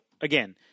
again